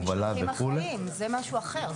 הובלה וכו' --- המשלוחים החיים זה משהו אחר,